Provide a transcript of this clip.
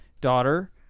daughter